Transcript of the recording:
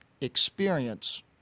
experience